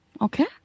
Okay